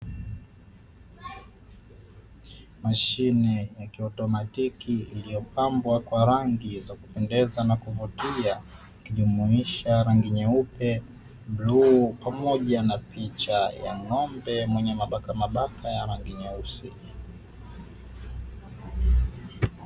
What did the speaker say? Mashine ya kiautomatiki iliyopambwa kwa rangi za kupendeza na kuvutia, ikijumuisha rangi: nyeupe, bluu pamoja na picha ya ng'ombe mwenye mabakamabaka ya rangi nyeusi.